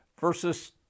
versus